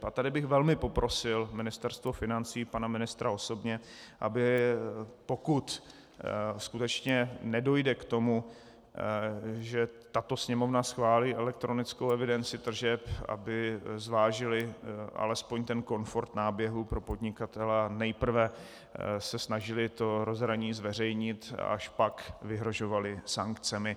A tady bych velmi poprosil Ministerstvo financí a pana ministra osobně, aby pokud skutečně nedojde k tomu, že tato Sněmovna schválí elektronickou evidenci tržeb, aby zvážili alespoň ten komfort náběhu pro podnikatele a nejprve se snažili to rozhraní zveřejnit a až pak vyhrožovali sankcemi.